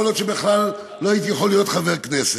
יכול להיות שבכלל לא הייתי יכול להיות חבר כנסת.